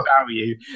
value